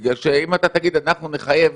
בגלל שאם אתה תגיד: אנחנו נחייב